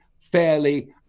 fairly